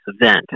event